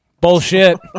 Bullshit